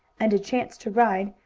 and a chance to ride,